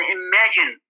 imagine